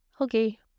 Okay